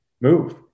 move